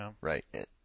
right